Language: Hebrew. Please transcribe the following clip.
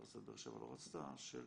אוניברסיטת באר שבע לא רצתה - של